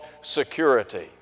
security